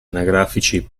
anagrafici